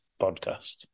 podcast